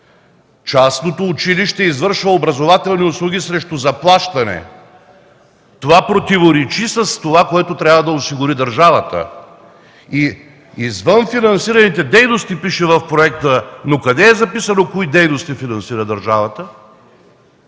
„Частното училище извършва образователни услуги срещу заплащане. Това противоречи с това, което трябва да осигури държавата”. И извън финансираните дейности, пише в проекта, но къде е записано кои дейности финансира държавата?